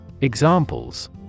Examples